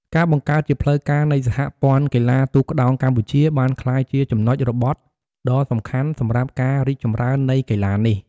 ការបង្កើតជាផ្លូវការនៃសហព័ន្ធកីឡាទូកក្ដោងកម្ពុជាបានក្លាយជាចំណុចរបត់ដ៏សំខាន់សម្រាប់ការរីកចម្រើននៃកីឡានេះ។